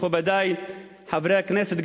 מכובדי חברי הכנסת,